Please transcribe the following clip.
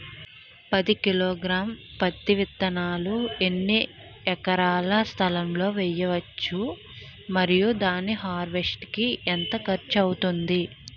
పది కిలోగ్రామ్స్ పత్తి విత్తనాలను ఎన్ని ఎకరాల స్థలం లొ వేయవచ్చు? మరియు దాని హార్వెస్ట్ కి ఎంత ఖర్చు అవుతుంది?